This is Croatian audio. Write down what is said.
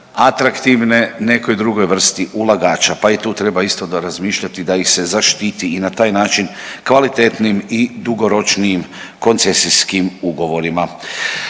atraktivne nekoj drugoj vrsti ulagača, pa i tu treba isto razmišljati da ih se zaštiti i na taj način kvalitetnim i dugoročnijim koncesijskim ugovorima.